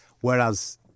Whereas